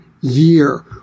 year